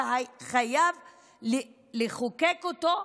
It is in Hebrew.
וחייבים לחוקק אותו,